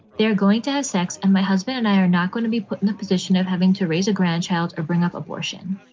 they are going to have sex. and my husband and i are not going to be put in the position of having to raise a grandchild or bring up abortion.